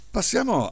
Passiamo